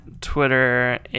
Twitter